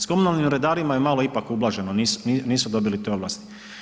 S komunalnim redarima je malo ipak ublaženo, nisu dobili te ovlasti.